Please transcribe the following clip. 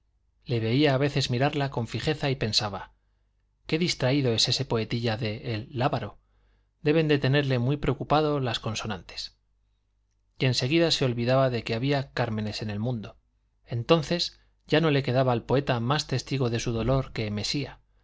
le veía a veces mirarla con fijeza y pensaba qué distraído es ese poetilla de el lábaro deben de tenerle muy preocupado los consonantes y en seguida se olvidaba de que había cármenes en el mundo entonces ya no le quedaba al poeta más testigo de su dolor que mesía